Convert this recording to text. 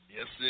Yes